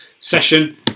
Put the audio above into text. session